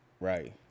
Right